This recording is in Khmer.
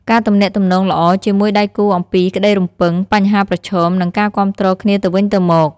ការទំនាក់ទំនងល្អ ជាមួយដៃគូអំពីក្តីរំពឹង បញ្ហាប្រឈម និងការគាំទ្រគ្នាទៅវិញទៅមក។